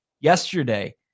yesterday